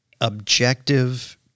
objective